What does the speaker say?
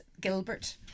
Gilbert